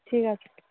ঠিক আছে